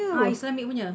ah islamic punya